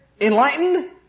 enlightened